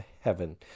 heaven